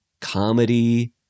comedy